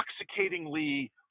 intoxicatingly